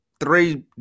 three